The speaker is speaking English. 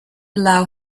allow